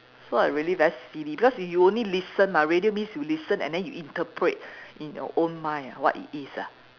so I really very silly because if you only listen ah radio means you listen and then you interpret in your own mind ah what it is ah